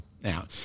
now